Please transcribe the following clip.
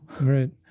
Right